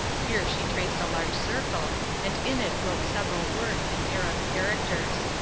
here she traced a large circle and in it wrote several words in arab characters.